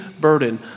burden